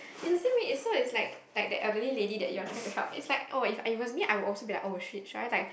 it's the same way it's so it's like like the elderly lady that you are trying to help it's like oh if it was me I will also be like oh shit should I like